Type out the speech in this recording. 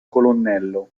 colonnello